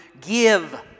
give